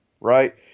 right